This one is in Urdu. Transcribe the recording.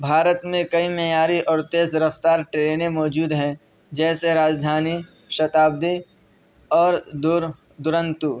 بھارت میں کئی معیاری اور تیز رفتار ٹرینیں موجود ہیں جیسے راجدھانی شتابدی اور دور درنتو